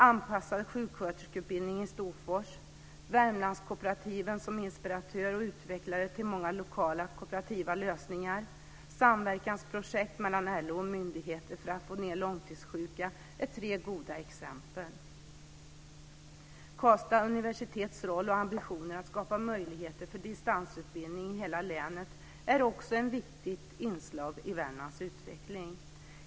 Anpassad sjuksköterskeutbildning i Storfors, Värmlandskooperativen som inspiratör och utvecklare till många lokala kooperativa lösningar, samverkansprojekt mellan LO och myndigheter för att få ned antalet långtidssjuka är tre goda exempel. Karlstads universitets roll och ambitioner att skapa möjligheter för distansutbildning i hela länet är också ett viktigt inslag i Värmlands utveckling.